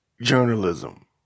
journalism